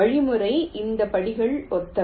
வழிமுறையின் இந்த படிகள் ஒத்தவை